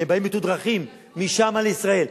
הם באים מתודרכים משם לישראל,